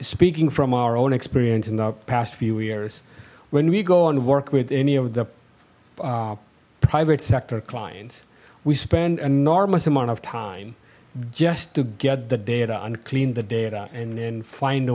speaking from our own experience in the past few years when we go and work with any of the private sector clients we spend enormous amount of time just to get the data and clean the data and then find a